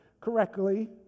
correctly